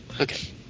Okay